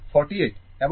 মোট 80 kilo Ω